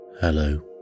Hello